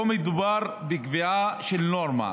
לא מדובר בקביעה של נורמה,